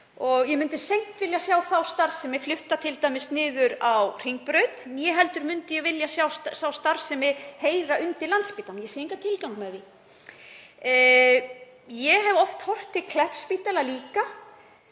ég myndi seint vilja sjá þá starfsemi flutta t.d. niður á Hringbraut, né heldur myndi ég vilja sjá þá starfsemi heyra undir Landspítalann. Ég sé engan tilgang með því. Ég hef oft horft til Kleppsspítala líka